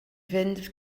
fynd